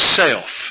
self